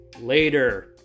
later